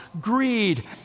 greed